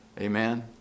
Amen